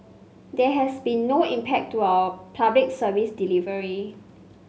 there has been no impact to our Public Service delivery